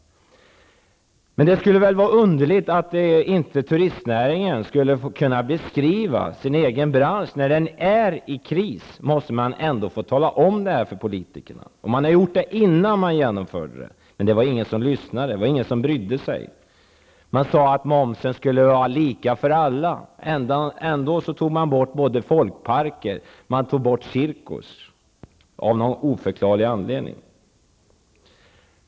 Men det skulle väl vara underligt om turistnäringen inte kunde beskriva sin egen bransch. När den är i kris måste politikerna få veta det. Detta gjordes också innan momsen höjdes, men det var ingen som lyssnade, ingen som brydde sig. Man sade att momsen skulle vara lika för alla, och ändå gjordes undantag för både folkparker och cirkus, av någon oförklarlig anledning.